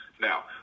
Now